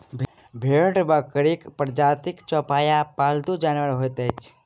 भेंड़ बकरीक प्रजातिक चौपाया आ पालतू जानवर होइत अछि